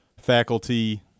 faculty